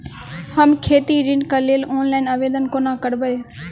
हम खेती ऋण केँ लेल ऑनलाइन आवेदन कोना करबै?